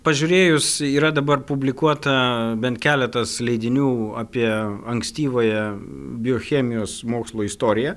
pažiūrėjus yra dabar publikuota bent keletas leidinių apie ankstyvąją biochemijos mokslo istoriją